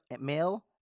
male